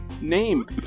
name